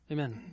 Amen